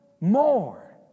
more